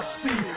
see